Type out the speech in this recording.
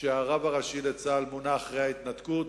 שהרב הראשי של צה"ל מונה אחרי ההתנתקות.